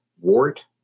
wart